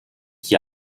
hier